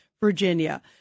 Virginia